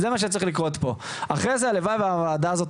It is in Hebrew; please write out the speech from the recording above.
זה מה שצריך לקרות פה ואחרי זה הלוואי והוועדה הזאת